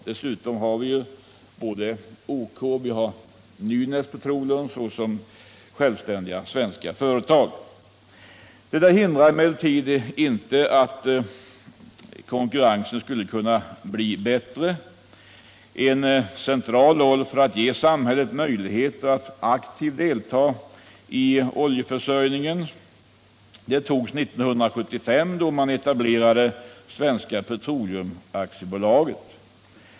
Dessutom har vi både OK och Nynäs-Petroleum som självständiga svenska företag. Detta hindrar emellertid inte att konkurrensen skulle kunna bli bättre. Ett viktigt steg för att ge samhället möjligheter att aktivt delta i oljeförsörjningen togs 1975, då man etablerade Svenska Petroleum AB.